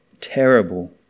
terrible